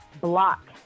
block